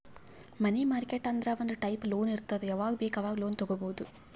ಮನಿ market ಅಂದುರ್ ಒಂದ್ type loan ಇರ್ತುದ್ ಯಾವಾಗ್ ಬೇಕ್ ಆವಾಗ್ ಲೋನ್ ತಗೊಬೋದ್